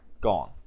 gone